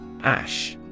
Ash